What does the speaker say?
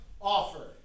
offer